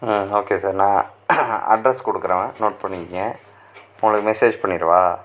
okay sir நான் address கொடுக்குறேன் note பண்ணிக்குங்க இப்போது உங்களுக்கு மெசேஜ் பண்ணிடவா